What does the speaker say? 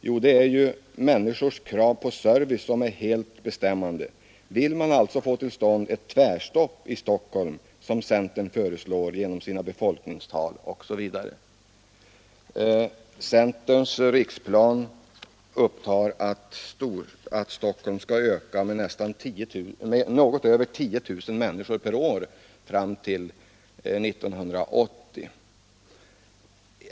Jo, det är ju människornas krav på service som är helt bestämmande. Vill man alltså få till stånd ett tvärstopp i Storstockholm ———.” Enligt centerns riksplan skall Stockholm öka med något över 10 000 människor per år fram till 1980.